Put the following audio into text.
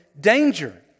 danger